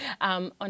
on